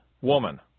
woman